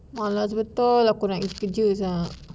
malas betul aku nak pergi kerja sia